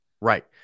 Right